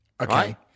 Okay